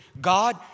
God